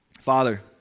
Father